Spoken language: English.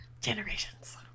Generations